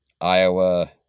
Iowa